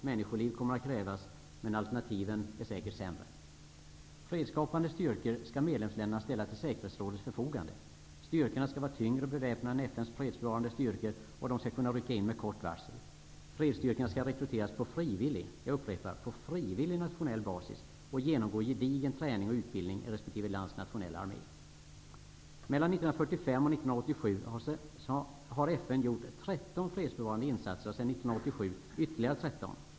Människoliv kommer att krävas, men alternativen är säkert sämre. Fredsskapande styrkor skall medlemsländerna ställa till Säkerhetsrådets förfogande. Styrkorna skall vara tyngre beväpnade än FN:s fredsbevarande styrkor, och de skall kunna rycka in med kort varsel. Fredsstyrkorna skall rekryteras på frivillig nationell basis och genomgå gedigen träning och utbildning i resp. lands nationella armé. Mellan 1945 och 1987 har FN gjort 13 fredsbevarande insatser och sedan 1987 ytterligare 13.